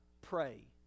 pray